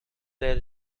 there